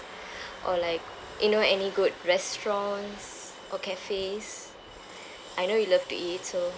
or like you know any good restaurants or cafes I know you love to eat so